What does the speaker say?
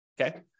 Okay